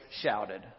shouted